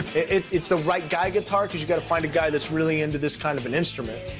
it's it's the right guy guitar, because you've got to find a guy that's really into this kind of an instrument.